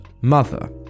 mother